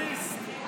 תהיה ריאליסט.